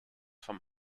vom